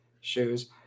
shoes